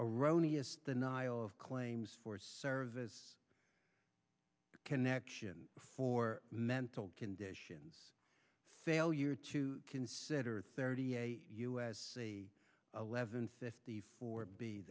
erroneous denial of claims for service connection for mental conditions failure to consider thirty eight us eleven fifty four b